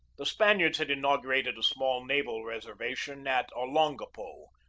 the spaniards had inaugurated a small naval reservation at olongapo,